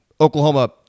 Oklahoma